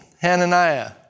Hananiah